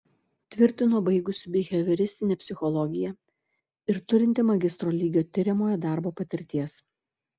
tvirtino baigusi bihevioristinę psichologiją ir turinti magistro lygio tiriamojo darbo patirties